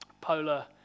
polar